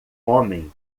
homem